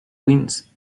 queens